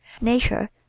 nature